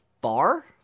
bar